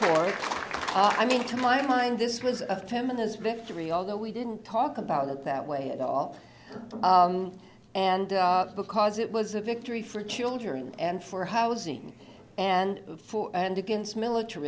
five i mean to my mind this was a feminist victory although we didn't talk about it that way at all and because it was a victory for children and for housing and for and against militar